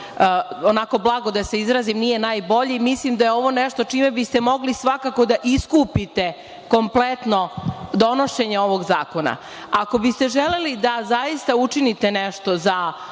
onako blago da se izrazim, nije najbolji, mislim da je ovo nešto čime bi ste mogli svakako da iskupite kompletno donošenje ovog zakona. Ako bi ste želeli da zaista učinite nešto za